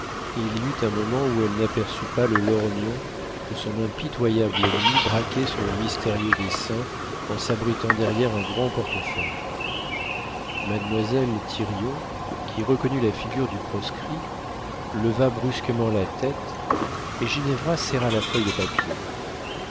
il y eut un moment où elle n'aperçut pas le lorgnon que son impitoyable ennemie braquait sur le mystérieux dessin en s'abritant derrière un grand portefeuille mademoiselle thirion qui reconnut la figure du proscrit leva brusquement la tête et ginevra serra la feuille de papier